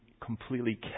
completely